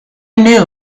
knew